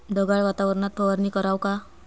ढगाळ वातावरनात फवारनी कराव का?